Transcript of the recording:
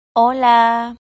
Hola